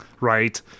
Right